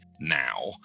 now